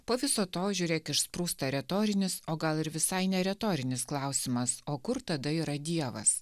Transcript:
po viso to žiūrėk išsprūsta retorinis o gal ir visai ne retorinis klausimas o kur tada yra dievas